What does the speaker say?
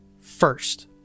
first